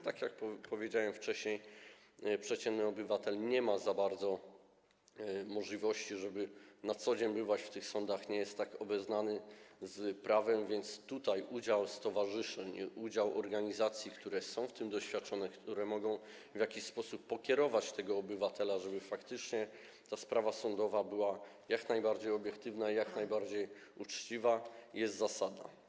Tak jak powiedziałem wcześniej, przeciętny obywatel nie ma za bardzo możliwości, żeby na co dzień bywać w sądach, nie jest obeznany z prawem, więc udział stowarzyszeń i organizacji, które mają w tym doświadczenie, które mogą w jakiś sposób pokierować postępowaniem tego obywatela, żeby faktycznie ta sprawa sądowa była jak najbardziej obiektywna i jak najbardziej uczciwa, jest zasadna.